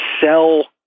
sell